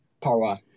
power